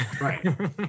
Right